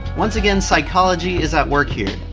once again, psychology is at work here.